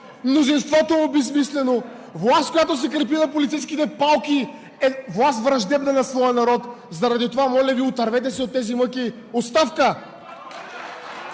Мнозинството е обезсмислено! Власт, която се крепи на полицейските палки, е власт, враждебна на своя народ. Заради това, моля Ви, отървете се от тези мъки! Оставка!